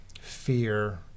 fear